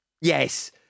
yes